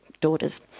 daughters